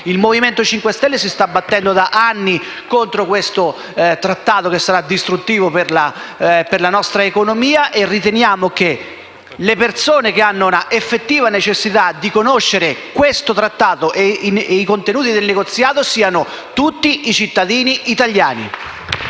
Il Movimento 5 Stelle si sta battendo da anni contro questo trattato, che sarà distruttivo per la nostra economia. Riteniamo che le persone che hanno l'effettiva necessità di conoscere questo trattato e i contenuti del negoziato siano tutti i cittadini italiani.